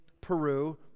Peru